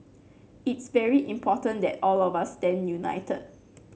it's very important that all of us stand united